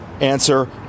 Answer